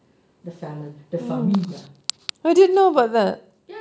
the fami~ the family ya